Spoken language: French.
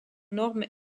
normes